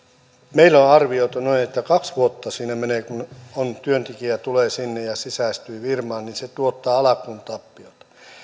meillä on arvioitu että kaksi vuotta siinä menee kun työntekijä tulee sinne ja sisäistyy firmaan ja että se tuottaa alkuun tappiota